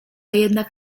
jednak